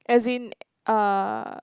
as in uh